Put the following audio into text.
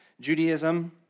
Judaism